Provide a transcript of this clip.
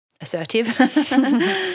assertive